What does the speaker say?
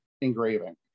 engraving